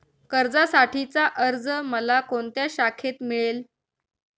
कर्जासाठीचा अर्ज मला कोणत्या शाखेत मिळेल?